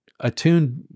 attuned